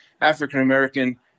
African-American